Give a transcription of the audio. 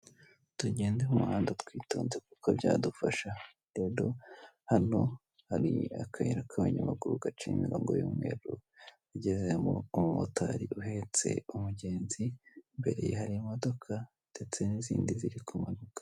Tugende mu muhanda twitonze, kuko byadufasha. Rero hano hari akayira k’abanyamaguru gaciye mu mirongogo y’mweru. Agezemo umu umumotari, uhetse umugenzi. Imbere hari imodoka ndetse n’izindi ziri kumanuka.